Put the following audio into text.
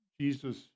Jesus